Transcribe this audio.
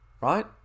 right